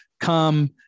come